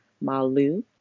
Malu